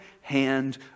hand